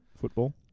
football